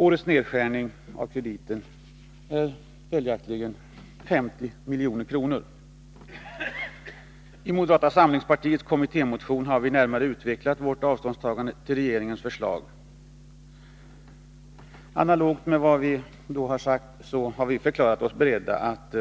Årets nedskärning av I moderata samlingspartiets kommittémotion har vi närmare utvecklat vårt avståndstagande från regeringens förslag. Analogt med vad vi har sagt har vi förklarat oss beredda att